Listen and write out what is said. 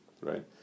Right